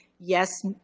yes,